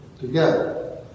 together